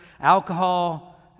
alcohol